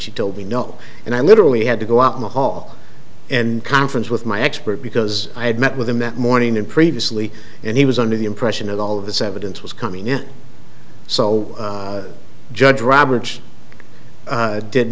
she told me no and i literally had to go out in the hall and conference with my expert because i had met with him that morning and previously and he was under the impression that all of this evidence was coming in so judge roberts